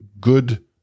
good